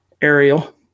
Ariel